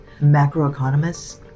macroeconomists